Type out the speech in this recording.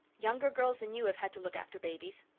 younger girls than you have had to look after babies.